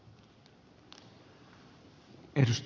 kuten ed